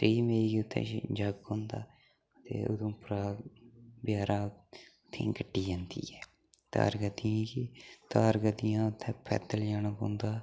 बीह् मई गी उ'त्थें जग्ग होन्दा ते उधमपुरा बाजारा उ'त्थें गड्डी जन्दी ऐ तारगतियें गी तारगतियें उ'त्थें पैदल जाना पौंदा